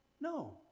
No